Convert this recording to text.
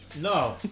No